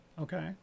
okay